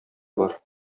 бар